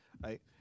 right